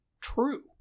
true